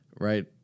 right